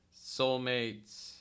Soulmates